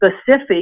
specific